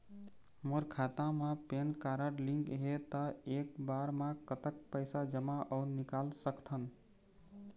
मोर खाता मा PAN card link हे ता एक बार मा कतक पैसा जमा अऊ निकाल सकथन?